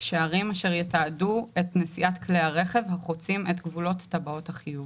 שערים אשר יתעדו את נסיעת כלי הרכב החוצים את גבולות טבעות החיוב.